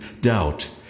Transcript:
doubt